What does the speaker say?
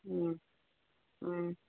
ꯎꯝ ꯎꯝ